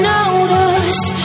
Notice